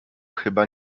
chyba